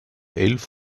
elf